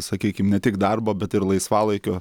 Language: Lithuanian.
sakykim ne tik darbo bet ir laisvalaikio